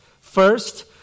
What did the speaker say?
First